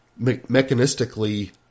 mechanistically